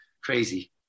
crazy